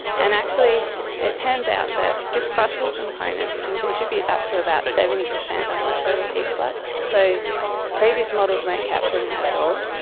and actually it turns out that this crustal component can contribute up to about seventy percent of the total heat flux. so previous models weren't capturing that at all,